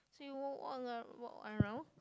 so you walk one round